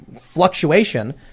fluctuation